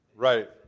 Right